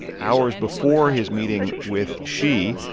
hours before his meeting with xi,